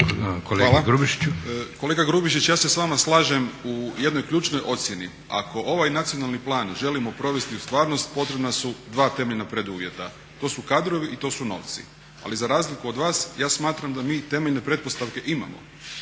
Kolega Grubišiću, ja se s vama slažem u jednoj ključnoj ocjeni. Ako ovaj Nacionalni plan želimo provesti u stvarnosti potrebna su dva temeljna preduvjeta, to su kadrovi i to su novci, ali za razliku od vas ja smatram da mi temeljne pretpostavke imamo.